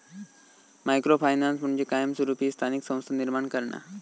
micro finance म्हणजे कायमस्वरूपी स्थानिक संस्था निर्माण करणा